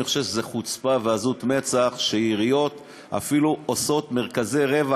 אני חושב שזו חוצפה ועזות מצח שעיריות אפילו עושות מרכזי רווח,